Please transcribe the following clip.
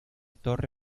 torre